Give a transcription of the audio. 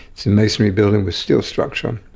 it's a masonry building with steel structure.